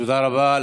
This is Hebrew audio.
תודה רבה.